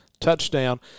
Touchdown